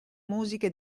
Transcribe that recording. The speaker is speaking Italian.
musiche